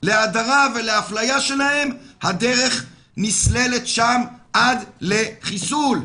להדרה ולאפליה שלהם, הדרך נסללת שם עד לחיסול.